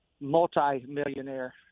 multi-millionaire